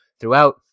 throughout